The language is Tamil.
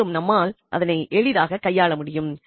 மேலும் நம்மால் அதனை எளிதாகக் கையாளமுடியும்